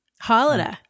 Holiday